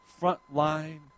Frontline